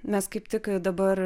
mes kaip tik dabar